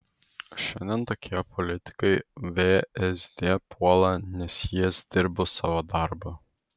šiandien tokie politikai vsd puola nes jis dirbo savo darbą